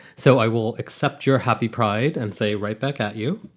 so i will accept your happy pride and say right back at you.